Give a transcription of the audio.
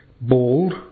bald